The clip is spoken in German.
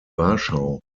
warschau